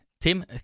Tim